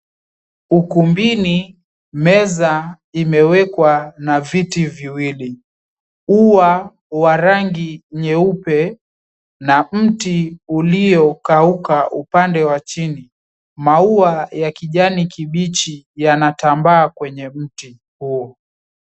Ukumbini meza imewekwa na viti viwili. Ua wa rangi nyeupe na mti uliokauka upande wa chini. Maua ya kijani kibichi yanatambaa kwenye mti huu.